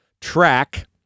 track